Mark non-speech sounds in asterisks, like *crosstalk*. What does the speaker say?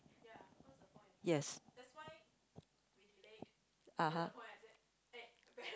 *noise* yes *noise* (uh huh) *noise*